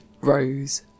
Rose